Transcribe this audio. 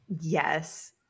yes